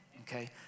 okay